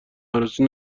عروسی